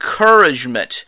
encouragement